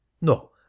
No